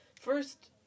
First